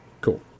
Cool